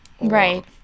Right